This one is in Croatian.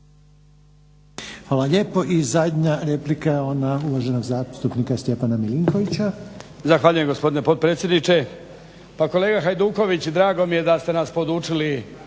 Hvala lijepo. Zadnja replika je ona poštovanog zastupnika Zorana Vinkovića.